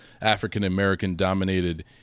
African-American-dominated